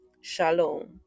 Shalom